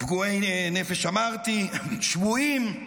פגועי נפש אמרתי, שבויים.